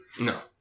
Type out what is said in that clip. No